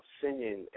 singing